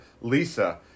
Lisa